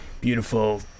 beautiful